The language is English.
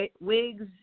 wigs